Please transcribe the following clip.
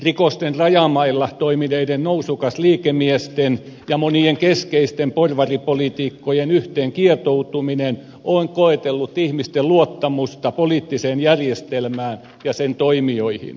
rikosten rajamailla toimineiden nousukasliikemiesten ja monien keskeisten porvaripoliitikkojen yhteenkietoutuminen on koetellut ihmisten luottamusta poliittiseen järjestelmään ja sen toimijoihin